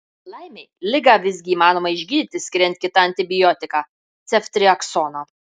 laimei ligą visgi įmanoma išgydyti skiriant kitą antibiotiką ceftriaksoną